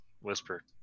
whisper